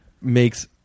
makes